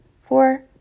Four